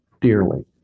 dearly